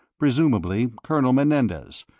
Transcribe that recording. presumably colonel menendez,